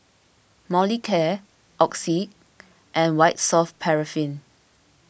Molicare Oxy and White Soft Paraffin